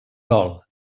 dol